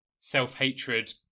self-hatred